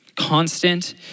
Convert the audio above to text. constant